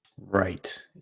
Right